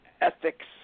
ethics